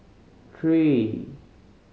three